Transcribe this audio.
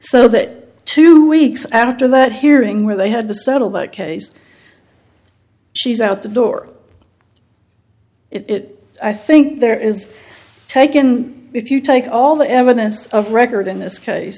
so that two weeks after that hearing where they had to settle the case she's out the door it i think there is taken if you take all the evidence of record in this case